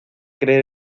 creer